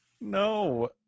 No